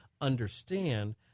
understand